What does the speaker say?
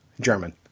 German